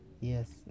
yes